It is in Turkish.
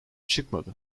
çıkmadı